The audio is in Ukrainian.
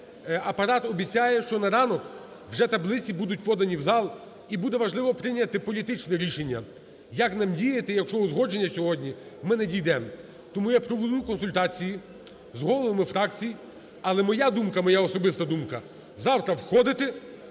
Апарат обіцяє, що на ранок вже таблиці будуть подані в зал і буде важливо прийняти політичне рішення, як нам діяти, якщо узгодження сьогодні ми не дійдемо. Тому я проведу консультації з головами фракцій. Але моя думка, моя особиста думка: завтра входити